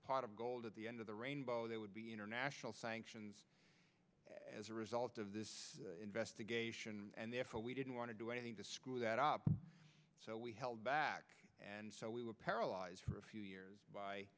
pot of gold at the end of the rainbow there would be international sanctions as a result of this investigation and therefore we didn't want to do anything to screw that up so we held back and so we were paralyzed for a few years by